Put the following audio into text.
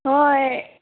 হয়